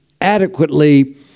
adequately